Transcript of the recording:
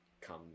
come